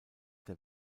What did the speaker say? der